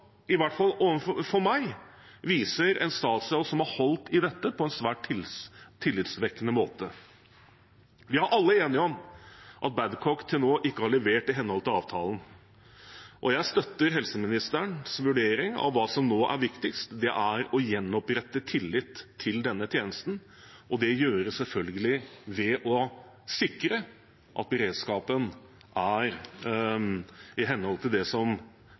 i hvert fall for meg viser en statsråd som har holdt i dette på en svært tillitvekkende måte. Vi er alle enige om at Babcock til nå ikke har levert i henhold til avtalen, og jeg støtter helseministerens vurdering av hva som nå er viktigst, og det er å gjenopprette tillit til denne tjenesten. Det gjøres selvfølgelig ved å sikre at beredskapen både er i henhold til hva som